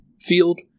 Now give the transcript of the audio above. field